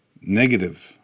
negative